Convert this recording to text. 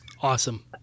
Awesome